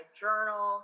journal